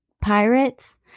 pirates